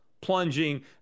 plunging